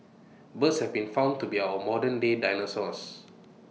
birds have been found to be our modernday dinosaurs